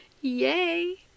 yay